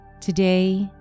Today